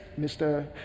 Mr